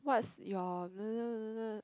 what's your